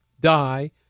die